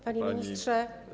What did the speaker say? Panie Ministrze!